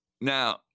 Now